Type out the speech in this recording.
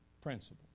principle